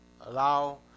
allow